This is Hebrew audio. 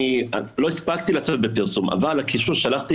לא הספקתי לצאת בפרסום אבל הקישור ששלחתי